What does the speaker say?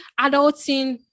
adulting